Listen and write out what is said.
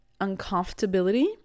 uncomfortability